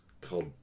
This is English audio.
called